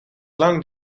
lang